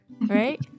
right